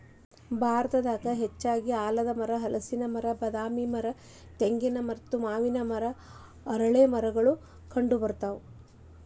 ಭಾರತದಾಗ ಹೆಚ್ಚಾಗಿ ಆಲದಮರ, ಹಲಸಿನ ಮರ, ಬಾದಾಮಿ ಮರ, ತೆಂಗಿನ ಮರ, ಮಾವಿನ ಮರ, ಅರಳೇಮರಗಳು ಕಂಡಬರ್ತಾವ